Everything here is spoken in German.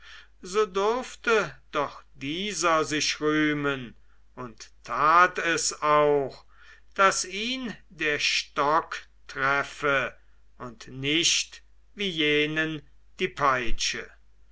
so durfte doch dieser sich rühmen und tat es auch daß ihn der stock treffe und nicht wie jenen die peitsche